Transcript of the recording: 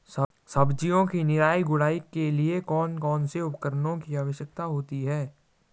सब्जियों की निराई गुड़ाई के लिए कौन कौन से उपकरणों की आवश्यकता होती है?